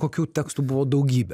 kokių tekstų buvo daugybė